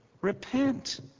Repent